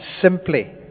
simply